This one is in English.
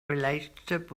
relationship